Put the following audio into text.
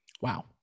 Wow